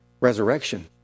Resurrection